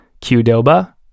Qdoba